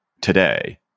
today